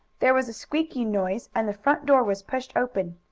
there was a squeaking noise and the front door was pushed open.